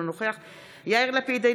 אינו נוכח יאיר לפיד,